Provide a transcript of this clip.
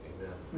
Amen